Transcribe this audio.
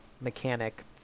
mechanic